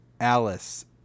Alice